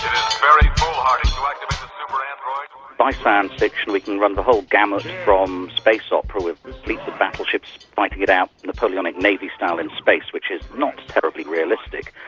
um um ah by science fiction we can run the whole gamut from space opera with fleets of battleships fighting it out napoleonic navy style in space, which is not terribly realistic.